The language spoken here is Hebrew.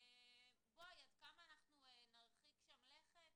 בואי, עד כמה נרחיק שם לכת?